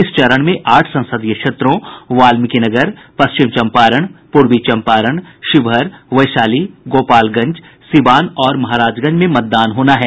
इस चरण में आठ संसदीय क्षेत्रों वाल्मीकिनगर पश्चिम चंपारण पूर्वी चंपारण शिवहर वैशाली गोपालगंज सिवान और महाराजगंज में मतदान होना है